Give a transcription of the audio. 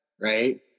right